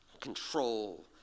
Control